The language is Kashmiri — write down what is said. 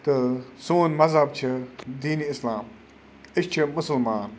تہٕ سون مَذہب چھِ دیٖنہِ اِسلام أسۍ چھِ مُسلمان